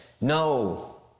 No